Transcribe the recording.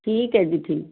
ਠੀਕ ਹੈ ਜੀ ਠੀਕ